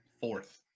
fourth